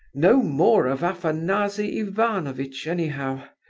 no more of afanasy ivanovitch, anyhow.